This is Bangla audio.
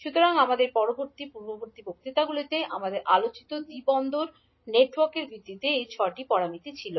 সুতরাং আমাদের পূর্ববর্তী বক্তৃতাগুলিতে আমাদের আলোচিত দ্বি বন্দর নেটওয়ার্কের ভিত্তিতে এই 6 টি প্যারামিটার ছিল